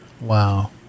Wow